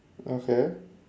okay